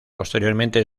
posteriormente